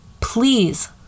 please